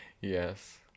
Yes